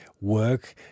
work